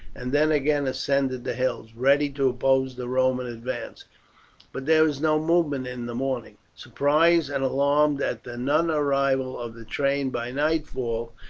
and then again ascended the hills, ready to oppose the roman advance but there was no movement in the morning. surprised and alarmed at the non-arrival of the train by nightfall,